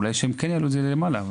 שכן יעלו את זה למעלה,